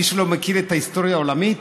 מישהו לא מכיר את ההיסטוריה העולמית?